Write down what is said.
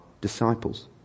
disciples